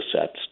sets